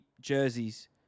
jerseys